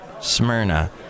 Smyrna